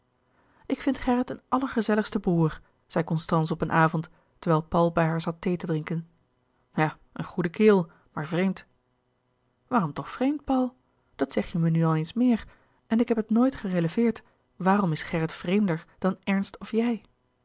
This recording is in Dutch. ik vind gerrit een allergezelligste broêr zei constance op een avond terwijl paul bij haar zat thee te drinken ja een goede kerel maar vreemd waarom toch vreemd paul dat zegje me nu al eens meer en ik heb het nooit gereleveerd maar waarom is gerrit vreemder dan ernst of jij